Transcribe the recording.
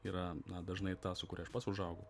yra na dažnai ta su kuria aš pats užaugau